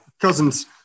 Cousins